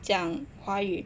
讲华语